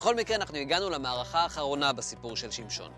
בכל מקרה, אנחנו הגענו למערכה האחרונה בסיפור של שמשון.